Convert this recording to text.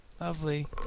lovely